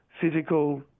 physical